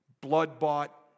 blood-bought